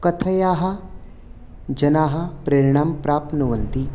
कथया जनाः प्रेरणां प्राप्नुवन्ति